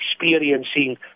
experiencing